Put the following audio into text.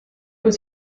was